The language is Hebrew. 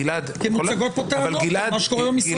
כי מוצגות פה טענות למה שקורה במשרדים.